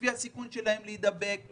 לפי הסיכון שלהם להידבק.